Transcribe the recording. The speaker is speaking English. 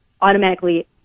automatically